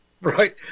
right